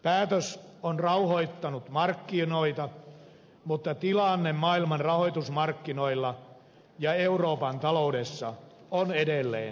päätös on rauhoittanut markkinoita mutta tilanne maailman rahoitusmarkkinoilla ja euroopan taloudessa on edelleen epävarma